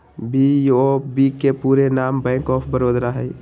BOB के पूरे नाम बैंक ऑफ बड़ौदा हइ